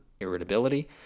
irritability